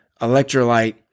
electrolyte